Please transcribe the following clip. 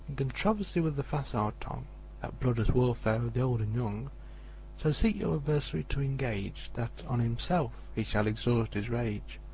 controversy with the facile tongue that bloodless warfare of the old and young so seek your adversary to engage that on himself he shall exhaust his rage,